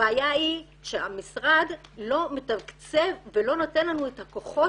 הבעיה היא שהמשרד לא מתקצב ולא נותן לנו את הכוחות